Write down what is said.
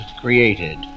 created